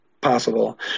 possible